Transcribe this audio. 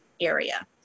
area